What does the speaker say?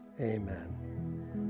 amen